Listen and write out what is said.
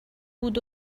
بود